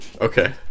Okay